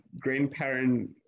grandparent